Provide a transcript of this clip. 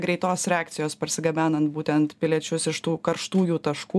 greitos reakcijos parsigabenant būtent piliečius iš tų karštųjų taškų